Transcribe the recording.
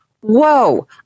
whoa